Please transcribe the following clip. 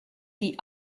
die